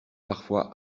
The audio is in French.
parfois